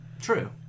True